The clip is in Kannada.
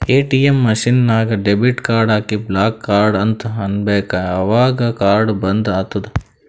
ಎ.ಟಿ.ಎಮ್ ಮಷಿನ್ ನಾಗ್ ಡೆಬಿಟ್ ಕಾರ್ಡ್ ಹಾಕಿ ಬ್ಲಾಕ್ ಕಾರ್ಡ್ ಅಂತ್ ಅನ್ಬೇಕ ಅವಗ್ ಕಾರ್ಡ ಬಂದ್ ಆತ್ತುದ್